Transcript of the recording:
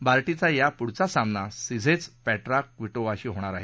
बार्टीचा यापुढचा सामना सिझेच पेट्रा क्विटोव्हाशी होणार आहे